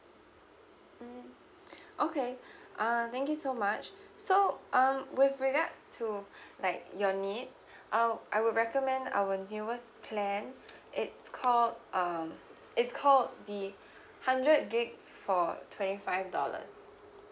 mm okay uh thank you so much so um with regards to like your need uh I would recommend our newest plan it's called um it's called the hundred gig for twenty five dollars